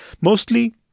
mostly